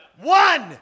One